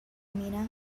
mina